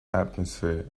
atmosphere